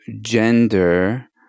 gender